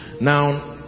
Now